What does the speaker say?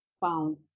found